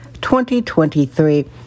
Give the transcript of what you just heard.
2023